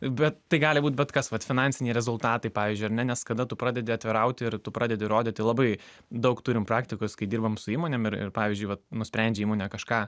bet tai gali būti bet kas vat finansiniai rezultatai pavyzdžiui ar ne nes kada tu pradedi atvirauti ir tu pradedi rodyti labai daug turim praktikos kai dirbam su įmonėm ir ir pavyzdžiui va nusprendžia įmonė kažką